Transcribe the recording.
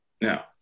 now